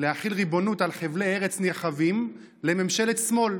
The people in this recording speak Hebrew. להחיל ריבונות על חבלי ארץ נרחבים, לממשלת שמאל.